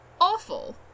awful